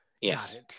yes